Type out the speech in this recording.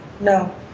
no